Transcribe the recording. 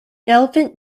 elephant